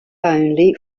only